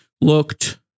looked